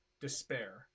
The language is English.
despair